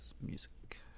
music